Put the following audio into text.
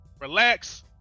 relax